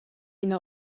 ina